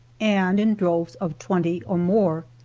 and in droves of twenty or more.